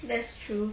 that's true